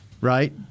Right